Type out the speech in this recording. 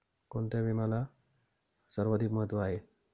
कोणता विम्याला सर्वाधिक महत्व आहे?